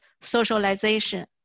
socialization